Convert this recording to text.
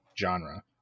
genre